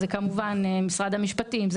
משרד המשפטים,